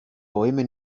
bäume